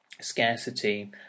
scarcity